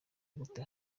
gute